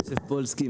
אני יוסף פולסקי,